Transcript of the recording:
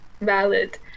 valid